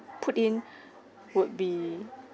put in would be